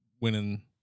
winning